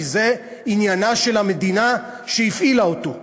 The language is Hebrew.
כי זה עניינה של המדינה שהפעילה אותו.